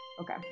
Okay